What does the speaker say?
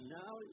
now